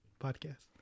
podcast